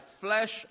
flesh